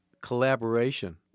collaboration